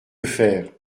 faire